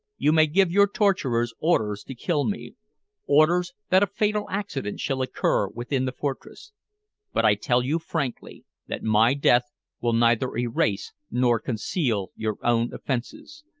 you may give your torturers orders to kill me orders that a fatal accident shall occur within the fortress but i tell you frankly that my death will neither erase nor conceal your own offenses.